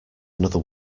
another